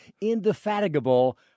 indefatigable